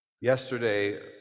Yesterday